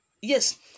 Yes